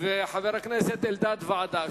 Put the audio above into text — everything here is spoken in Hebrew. וחבר הכנסת אלדד רוצה ועדה.